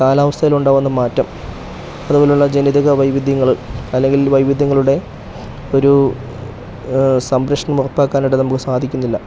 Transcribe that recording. കാലാവസ്ഥയിൽ ഉണ്ടാകുന്ന മാറ്റം അതുപോലുള്ള ജനിതക വൈവിധ്യങ്ങൾ അല്ലെങ്കിൽ വൈവിധ്യങ്ങളുടെ ഒരു സംരക്ഷണം ഉറപ്പാക്കാനായിട്ട് നമുക്ക് സാധിക്കുന്നില്ല